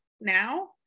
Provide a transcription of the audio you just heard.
now